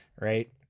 right